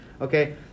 okay